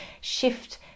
shift